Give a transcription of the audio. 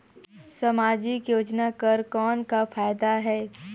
समाजिक योजना कर कौन का फायदा है?